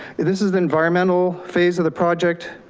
this is the environmental phase of the project.